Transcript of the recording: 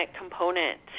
component